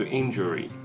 injury